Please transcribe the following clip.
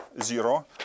Zero